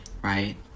right